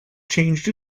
changed